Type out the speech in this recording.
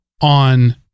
on